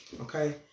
Okay